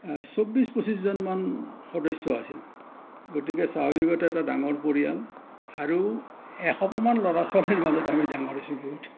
চৌব্বিছ পঁচিছজনমান সদস্য আছিল গতিকে স্বাভাৱিকতে এটা ডাঙৰ পৰিয়াল আৰু এসোপামান ল'ৰা ছোৱালীৰ মাজত আমি ডাঙৰ হৈছিলোঁ